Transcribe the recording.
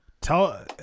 Tell